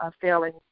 failing